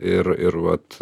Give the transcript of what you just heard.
ir ir vat